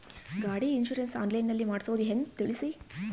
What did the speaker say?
ಗಾಡಿ insurance online ನಲ್ಲಿ ಮಾಡ್ಸೋದು ಹೆಂಗ ತಿಳಿಸಿ?